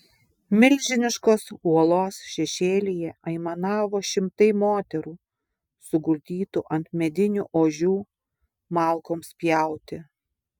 milžiniškos uolos šešėlyje aimanavo šimtai moterų suguldytų ant medinių ožių malkoms pjauti